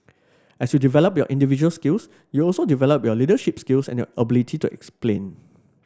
as you develop your individual skills you also develop your leadership skills and your ability to explain